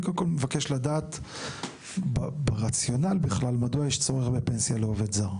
אני קודם כל מבקש לדעת ברציונל בכלל מדוע יש צורך בפנסיה לעובד זר?